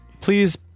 Please